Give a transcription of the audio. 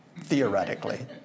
Theoretically